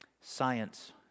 Science